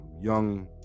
young